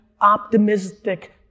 optimistic